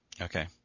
Okay